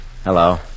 Hello